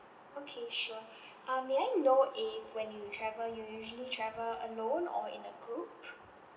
okay sure um may I know if when you travel you usually travel alone or in a group